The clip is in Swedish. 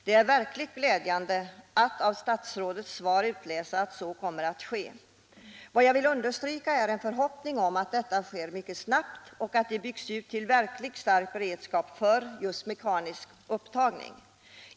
Det är verkligt glädjande att av statsrådets svar kunna utläsa att så kommer att ske. Jag vill uttala förhoppningen att det kommer att ske mycket snabbt och att de befintliga resurserna byggs ut till en verkligt stark beredskap för just mekanisk upptagning.